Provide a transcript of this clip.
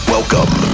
Welcome